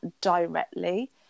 directly